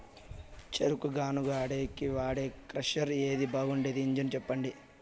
చెరుకు గానుగ ఆడేకి వాడే క్రషర్ ఏది బాగుండేది ఇంజను చెప్పండి?